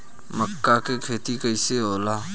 मका के खेती कइसे होला?